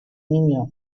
niño